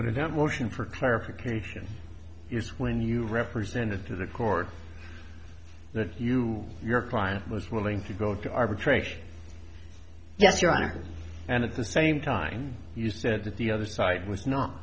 washin for clarification when you represented to the court that you your client was willing to go to arbitration yes your honor and at the same time you said that the other side was not